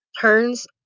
turns